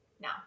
Now